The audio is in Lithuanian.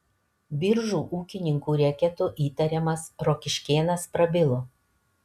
biržų ūkininkų reketu įtariamas rokiškėnas prabilo